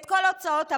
את כל הוצאות הבית,